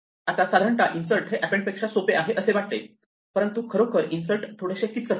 आता साधारणतः इन्सर्ट हे अँपेन्ड पेक्षा सोपे आहे असे वाटते परंतु खरोखर इन्सर्ट थोडेसे किचकट आहे